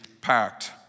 packed